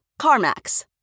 CarMax